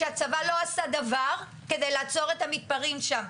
שהצבא לא עשה דבר כדי לעצור את המתפרעים שם.